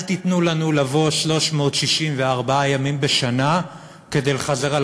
אל תיתנו לנו לבוא 364 ימים בשנה כדי לחזר על